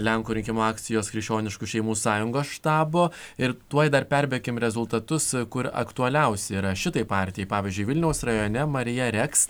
lenkų rinkimų akcijos krikščioniškų šeimų sąjungos štabo ir tuoj dar perbėkim rezultatus kur aktualiausi yra šitai partijai pavyzdžiui vilniaus rajone marija reks